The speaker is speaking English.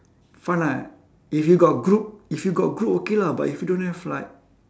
fun lah if you got group if you got group okay lah but if you don't have like